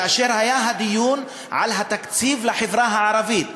כאשר היה הדיון על התקציב לחברה הערבית.